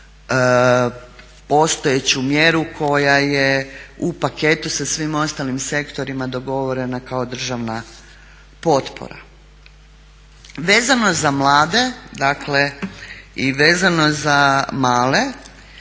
postojeću mjeru koja je u paketu sa svim ostalim sektorima dogovorena kao državna potpora. Vezano za mlade i vezano za male